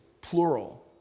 plural